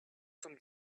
sommes